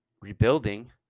rebuilding